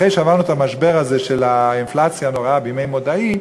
אחרי שעברנו את המשבר הזה של האינפלציה הנוראה בימי מודעי,